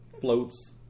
floats